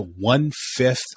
one-fifth